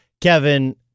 Kevin